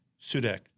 Sudek